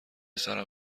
سرم